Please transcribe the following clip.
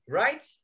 right